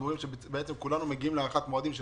בעצם כולנו מגיעים להארכת מועדים של